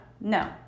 No